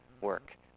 work